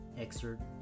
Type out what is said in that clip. excerpt